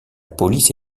police